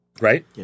Right